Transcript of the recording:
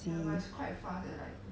oh I see